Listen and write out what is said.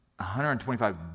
125